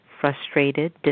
frustrated